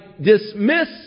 dismiss